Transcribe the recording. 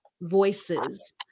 voices